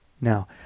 Now